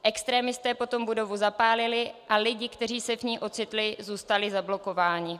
Extremisté potom budovu zapálili a lidé, kteří se v ní ocitli, zůstali zablokováni.